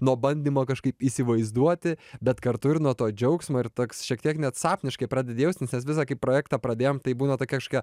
nuo bandymo kažkaip įsivaizduoti bet kartu ir nuo to džiaugsmo ir toks šiek tiek net sapniškai pradedi jaustis nes visa projektą pradėjom tai būna tokia kažkokia